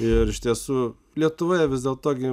ir iš tiesų lietuvoje vis dėlto gi